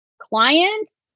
clients